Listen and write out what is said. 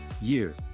year